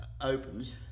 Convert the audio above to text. opens